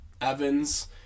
evans